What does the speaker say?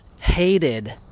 hated